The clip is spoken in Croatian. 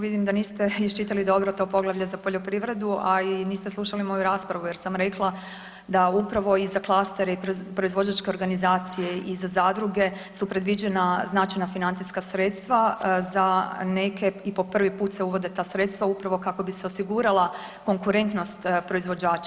Vidim da niste iščitali dobro to poglavlje za poljoprivredu, a i niste slušali moju raspravu jer sam rekla da upravo i za klastere i proizvođačke organizacije i za zadruge su predviđena značajna financijska sredstva, za neke i po prvi put se uvode ta sredstva upravo kako bi se osigurala konkurentnost proizvođača.